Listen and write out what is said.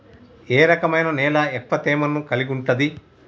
ఏ రకమైన నేల ఎక్కువ తేమను కలిగుంటది?